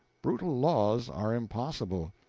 brutal laws are impossible.